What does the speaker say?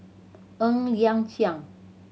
Ng Liang Chiang